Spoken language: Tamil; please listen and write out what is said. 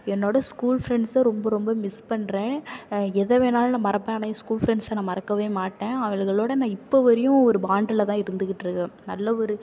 என்னோட ஸ்கூல் ஃப்ரெண்ட்ஸை ரொம்ப ரொம்ப மிஸ் பண்ணுறேன் எதை வேணுனாலும் நான் மறப்பேன் ஆனால் என் ஸ்கூல் ஃப்ரெண்ட்ஸை நான் மறக்கவே மாட்டேன் அவளுங்களோட நான் இப்போ வரையும் ஒரு பாண்டில் தான் இருந்துக்கிட்டிருக்கேன் நல்ல ஒரு